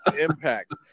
impact